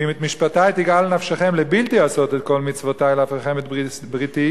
ואם את משפטי תגעל נפשכם לבלתי עשות את כל מצותי להפרכם את בריתי".